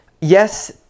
Yes